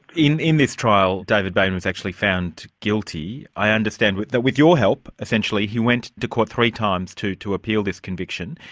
in in this trial david bain was actually found guilty, i understand, though with your help, essentially, he went to court three times to to appeal this conviction.